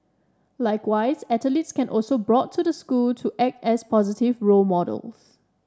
likewise athletes can also brought to the school to act as positive role models